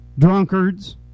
Drunkards